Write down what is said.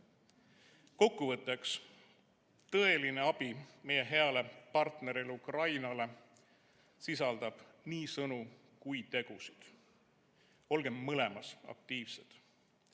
mõtlema. Kokkuvõtteks. Tõeline abi meie heale partnerile Ukrainale sisaldab nii sõnu kui ka tegusid. Olgem mõlemas aktiivsed.